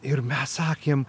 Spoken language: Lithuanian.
ir mes sakėm